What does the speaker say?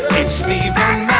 it's steve and